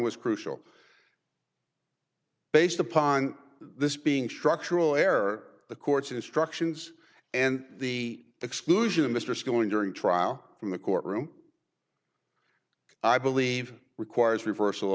was crucial based upon this being structural error the court's instructions and the exclusion of mr skilling during trial from the courtroom i believe requires reversal